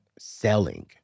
selling